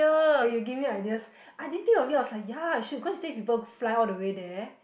eh you give me ideas I didn't think of it I was like ya I should go stay with people go fly all the way there